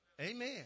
Amen